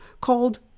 called